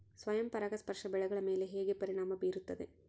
ಸ್ವಯಂ ಪರಾಗಸ್ಪರ್ಶ ಬೆಳೆಗಳ ಮೇಲೆ ಹೇಗೆ ಪರಿಣಾಮ ಬೇರುತ್ತದೆ?